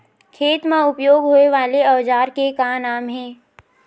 खेत मा उपयोग होए वाले औजार के का नाम हे?